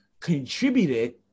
contributed